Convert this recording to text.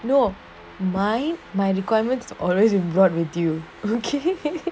no my my requirements always brought with you okay